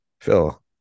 Phil